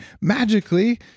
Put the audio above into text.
magically